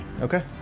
okay